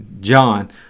john